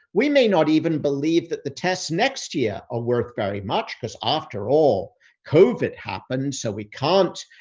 we may not even believe that the tests next year are worth very much because after all covid happened, so we can't,